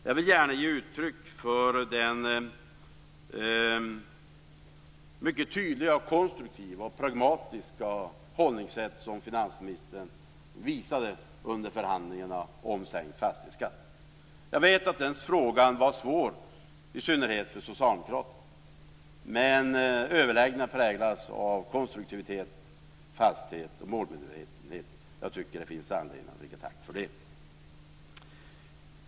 Jag vill gärna ge uttryck för det mycket tydliga, konstruktiva och pragmatiska förhållningssätt som finansministern visade under förhandlingarna om sänkt fastighetsskatt. Jag vet att den frågan var svår i synnerhet för socialdemokraterna, men överläggningarna präglades av konstruktivitet, fasthet och målmedvetenhet. Jag tycker att det finns anledning att tacka för det.